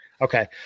Okay